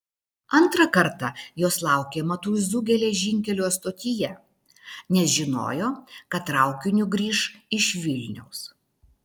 antrą kartą jos laukė matuizų geležinkelio stotyje nes žinojo kad traukiniu grįš iš vilniaus